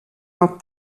out